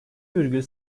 virgül